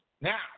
Now